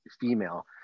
female